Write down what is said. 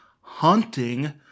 HUNTING